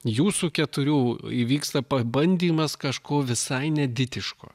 jūsų keturių įvyksta pabandymas kažko visai neditiško